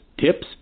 tips